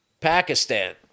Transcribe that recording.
Pakistan